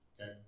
Okay